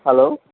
hello